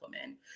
women